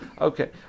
Okay